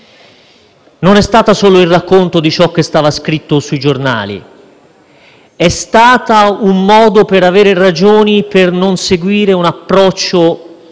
non è stata solo il racconto di ciò che era scritto sui giornali, ma un modo per avere ragioni per non seguire un approccio